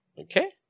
Okay